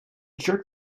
jerk